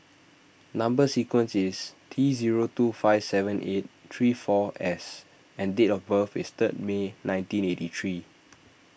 Number Sequence is T zero two five seven eight three four S and date of birth is third May nineteen eighty three